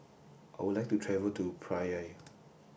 I would like to travel to Praia